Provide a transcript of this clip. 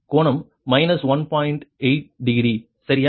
8 degree சரியா